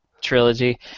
trilogy